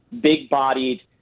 big-bodied